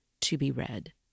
to-be-read